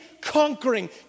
conquering